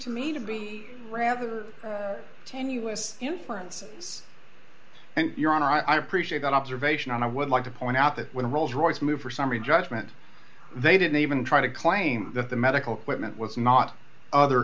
to be rather tenuous inference and your honor i appreciate that observation and i would like to point out that when a rolls royce move for summary judgment they didn't even try to claim that the medical equipment was not other